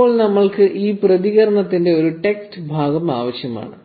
ഇപ്പോൾ നമ്മൾക്ക് ഈ പ്രതികരണത്തിന്റെ ഒരു ടെക്സ്റ്റ് ഭാഗം ആവശ്യമാണ്